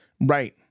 Right